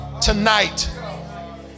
tonight